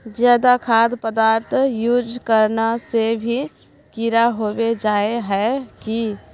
ज्यादा खाद पदार्थ यूज करना से भी कीड़ा होबे जाए है की?